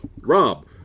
Rob